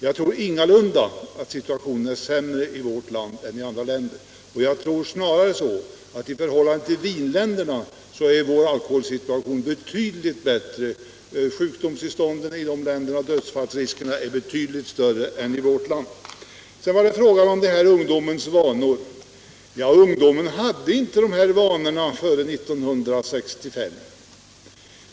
Jag tror ingalunda att situationen är sämre i vårt land än i andra länder. Jag tror snarare att i förhållande till vinländerna är vår alkoholsituation betydligt bättre; sjukdomstillstånden är sämre och dödsfallsriskerna är betydligt större i dessa länder än i vårt land. Sedan till frågan om ungdomens vanor. Ungdomen hade inte dessa vanor före 1965.